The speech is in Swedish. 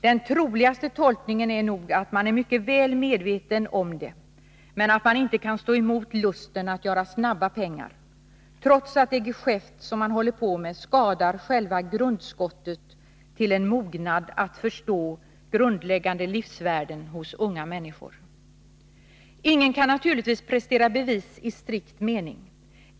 Den troligaste tolkningen är att man är mycket väl medveten om skadan men inte kan stå emot lusten att göra snabba pengar, trots att det geschäft man håller på med skadar själva grundskottet till en mognad att förstå grundläggande livsvärden hos unga människor. Ingen kan naturligtvis prestera bevis i strikt mening.